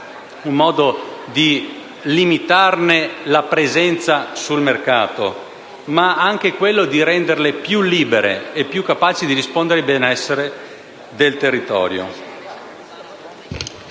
un modo per limitarne la presenza sul mercato, ma è anche un modo per renderle più libere e più capaci di rispondere al reale benessere del territorio.